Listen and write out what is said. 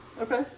Okay